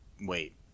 wait